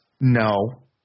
no